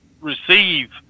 receive